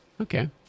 Okay